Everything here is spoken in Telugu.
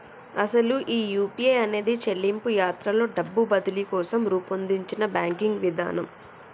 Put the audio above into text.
అసలు ఈ యూ.పీ.ఐ అనేది చెల్లింపు యాత్రలో డబ్బు బదిలీ కోసం రూపొందించిన బ్యాంకింగ్ విధానం